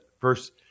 first